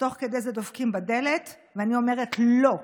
ותוך כדי זה דופקים בדלת, ואני אומרת: לא.